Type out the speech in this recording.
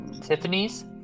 Tiffany's